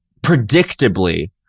predictably